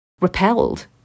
repelled